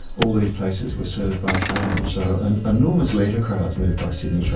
all these places were served by trams. so and enormous leisure crowds moved by sydney